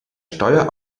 steuer